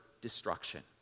destruction